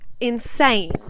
insane